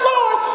Lord